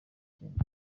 cyemezo